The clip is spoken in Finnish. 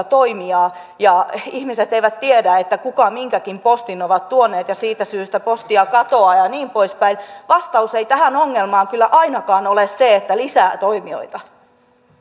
toimijaa ja ihmiset eivät tiedä kuka minkäkin postin on tuonut ja siitä syystä postia katoaa ja niin poispäin vastaus ei tähän ongelmaan ole kyllä ainakaan se että lisää toimijoita